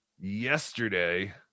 yesterday